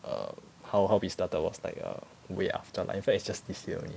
err how how we started was like err way after lah in fact it's just this year only